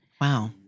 Wow